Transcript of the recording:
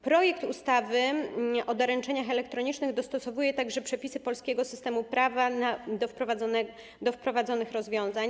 Projekt ustawy o doręczeniach elektronicznych dostosowuje także przepisy polskiego systemu prawa do wprowadzonych rozwiązań.